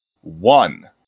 One